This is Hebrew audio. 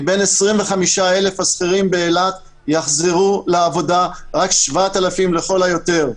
מבין 25,000 השכירים באילת יחזרו לעבודה רק 7,000 לכל היותר.